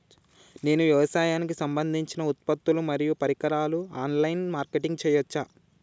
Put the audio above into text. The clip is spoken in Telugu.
నేను వ్యవసాయానికి సంబంధించిన ఉత్పత్తులు మరియు పరికరాలు ఆన్ లైన్ మార్కెటింగ్ చేయచ్చా?